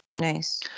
Nice